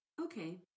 Okay